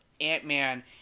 ant-man